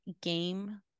game